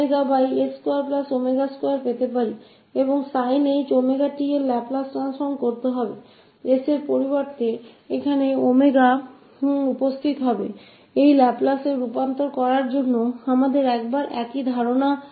और sin 𝜔𝑡 का laplace वहा इस s के बजाए w दिखेगा और हमारे पास वही तरीका है इस laplace transform को निकलने का